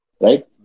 right